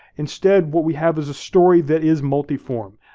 instead, what we have is a story that is multiform,